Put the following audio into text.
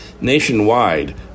nationwide